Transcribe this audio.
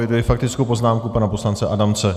Eviduji faktickou poznámku pana poslance Adamce.